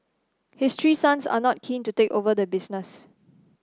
his three sons are not keen to take over the business